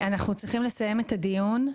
אנחנו צריכים לסיים את הדיון,